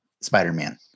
spider-man